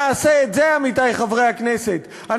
נא להוציא את חבר הכנסת חזן.